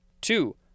Two